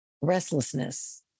restlessness